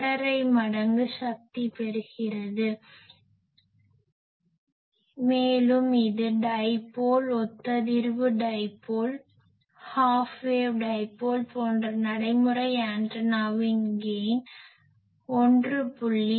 5 மடங்கு சக்தி பெறுகிறது மேலும் இது டைப்போல் ஒத்ததிர்வு டைப்போல் ஹாஃப் வேவ் டைப்போல் போன்ற நடைமுறை ஆண்டனாவின் கெய்ன் 1